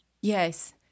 Yes